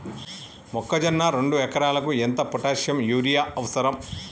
మొక్కజొన్న రెండు ఎకరాలకు ఎంత పొటాషియం యూరియా అవసరం?